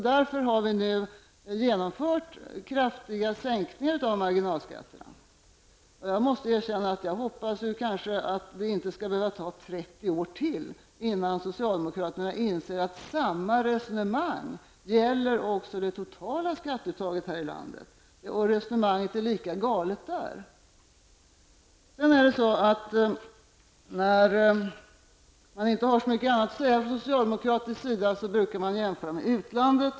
Därför har vi nu genomfört kraftiga sänkningar av marginalskatterna. Jag måste erkänna att jag hoppas att det inte skall behöva ta 30 år till innan socialdemokraterna inser att samma resonemang gäller också det totala skatteuttaget i landet. Och resonemanget är lika galet där. När man inte har så mycket annat att säga från socialdemokratisk sida brukar man göra jämförelser med utlandet.